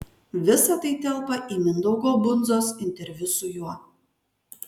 visa tai telpa į mindaugo bundzos interviu su juo